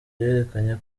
yerekanye